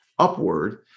upward